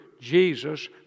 Jesus